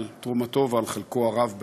בשל תרומתו וחלקו הרב בעיר.